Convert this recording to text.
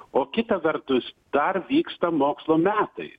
o kita vertus dar vyksta mokslo metai